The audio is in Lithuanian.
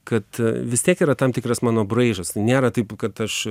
kad vis tiek yra tam tikras mano braižas nėra taip kad aš